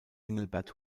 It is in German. engelbert